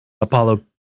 Apollo